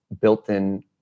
built-in